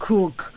Cook